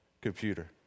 computer